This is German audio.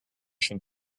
schon